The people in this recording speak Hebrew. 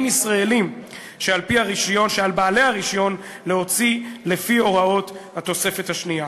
ישראליים שעל בעלי הרישיון להוציא לפי הוראות התוספת השנייה.